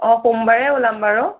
অঁ সোমবাৰে ওলাম বাৰু